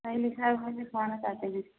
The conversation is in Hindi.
कहीं लिखा है या लिखवाना चाहते हैं